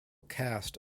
caste